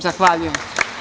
Zahvaljujem.